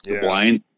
blind